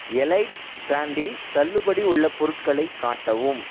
elite பிரான்டில் தள்ளுபடி உள்ள பொருட்களை காட்டவும்